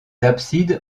absides